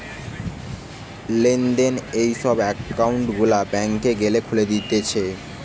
লোকদের এই সব একউন্ট গুলা ব্যাংকে গ্যালে খুলে দিতেছে